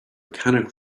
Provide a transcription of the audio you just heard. cannot